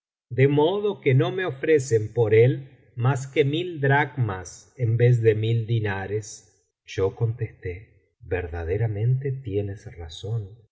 de modo que no me ofrecen por él mas que mil dracmas en vez de mil diñares yo contesté ver daderamente tienes razón